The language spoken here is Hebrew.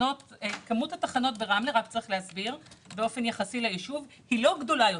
כמות התחנות ברמלה באופן יחסי לישוב היא לא גדולה יותר.